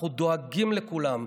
אנחנו דואגים לכולם.